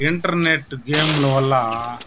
internet గేమ్ల వల్ల